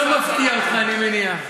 לא מפתיע אותך, אני מניח.